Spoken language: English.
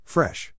Fresh